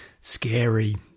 scary